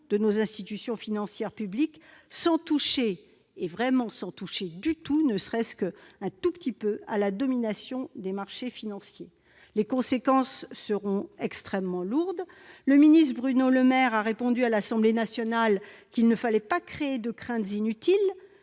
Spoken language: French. de nos institutions financières publiques, sans toucher, ne serait-ce qu'un tout petit peu, à la domination des marchés financiers. Les conséquences seront extrêmement lourdes. Le ministre Bruno Le Maire a répondu à l'Assemblée nationale qu'il ne fallait pas « créer de craintes inutiles